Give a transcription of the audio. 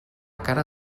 cara